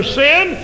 sin